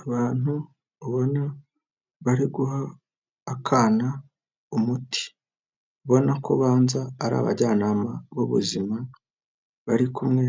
Abantu ubona bari guha akana umuti ubona ko ubanza ari abajyanama b'ubuzima bari kumwe